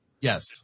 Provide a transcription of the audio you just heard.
Yes